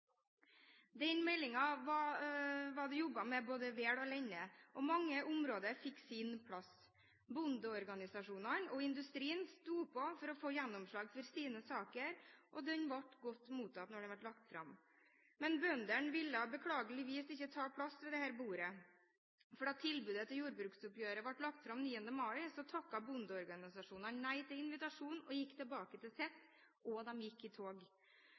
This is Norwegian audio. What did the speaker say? den ble godt mottatt da den ble lagt fram. Men bøndene ville beklageligvis ikke ta plass ved dette bordet, for da tilbudet i jordbruksoppgjøret ble lagt fram 9. mai, takket bondeorganisasjonene nei til invitasjonen og gikk tilbake til sitt, og de gikk i tog.